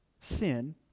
sin